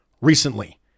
recently